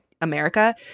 America